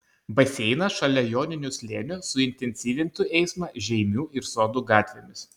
baseinas šalia joninių slėnio suintensyvintų eismą žeimių ir sodų gatvėmis